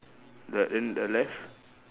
the and the left